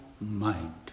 mind